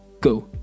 Go